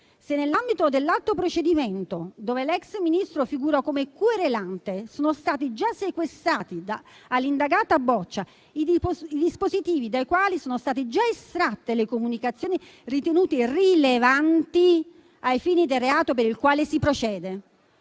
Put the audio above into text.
se nell'ambito dell'altro procedimento - in cui l'ex Ministro figura come querelante - sono stati già sequestrati all'indagata Boccia i dispositivi dai quali sono state già estratte le comunicazioni ritenute rilevanti ai fini del reato per il quale si procede?